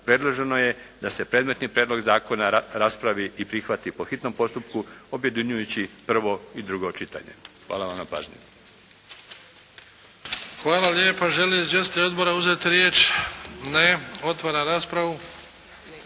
predloženo je da se predmetni prijedlog zakona raspravi i prihvati po hitnom postupku objedinjujući prvo i drugo čitanje. Hvala vam na pažnji. **Bebić, Luka (HDZ)** Hvala lijepa. Žele li izvjestitelji odbora uzeti riječ? Ne. Otvaram raspravu.